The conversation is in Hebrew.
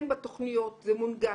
כן בתוכניות זה מונגש.